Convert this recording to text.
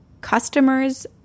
customers